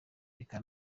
reka